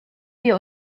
wir